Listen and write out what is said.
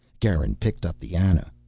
garin picked up the ana.